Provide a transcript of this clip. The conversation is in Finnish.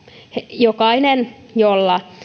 jokaisen jolla